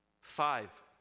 Five